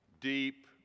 deep